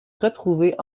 retrouvés